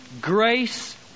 grace